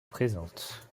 présente